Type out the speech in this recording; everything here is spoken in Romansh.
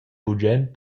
bugen